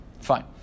fine